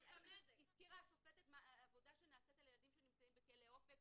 הזכירה השופטת עבודה שנעשית על ילדים שנמצאים בכלא 'אופק',